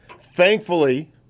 thankfully